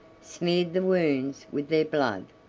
smeared the wounds with their blood,